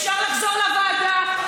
אפשר לחזור לוועדה,